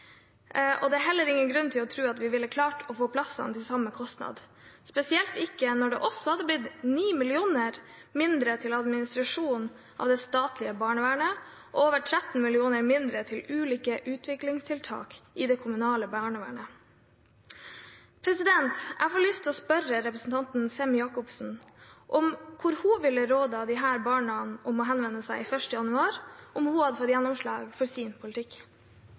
varsel. Det er heller ingen grunn til å tro at vi ville klart å få plassene til samme kostnad, spesielt ikke når det også hadde blitt 9 mill. kr mindre til administrasjon av det statlige barnevernet og over 13 mill. kr mindre til ulike utviklingstiltak i det kommunale barnevernet. Jeg får lyst til å spørre representanten Sem-Jacobsen om hvor hun ville rådet disse barna til å henvende seg 1. januar, om hun hadde fått gjennomslag for sin politikk.